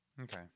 Okay